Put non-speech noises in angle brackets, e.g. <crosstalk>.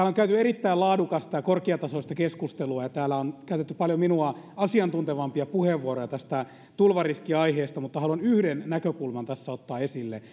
<unintelligible> on käyty erittäin laadukasta ja korkeatasoista keskustelua ja täällä on käytetty paljon minua asiantuntevampia puheenvuoroja tästä tulvariskiaiheesta mutta haluan yhden näkökulman tässä ottaa esille <unintelligible>